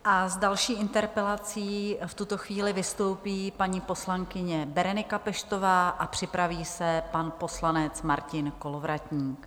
S další interpelací v tuto chvíli vystoupí paní poslankyně Berenika Peštová a připraví se pan poslanec Martin Kolovratník.